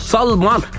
Salman